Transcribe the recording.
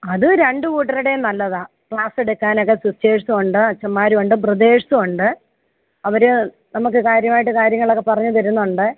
അത് രണ്ട് കൂട്ടരുടെയും നല്ലതാണ് ക്ലാസ് എടുക്കാൻ ഒക്കെ സിസ്റ്റേഴ്സും ഉണ്ട് അച്ഛൻമാരും ഉണ്ട് ബ്രദേഴ്സും ഉണ്ട് അവർ നമുക്ക് കാര്യമായിട്ട് കാര്യങ്ങൾ ഒക്കെ പറഞ്ഞ് തരുന്നുണ്ട്